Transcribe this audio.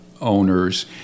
owners